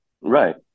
Right